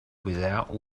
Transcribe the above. without